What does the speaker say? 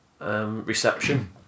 reception